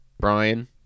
Brian